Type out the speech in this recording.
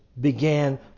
began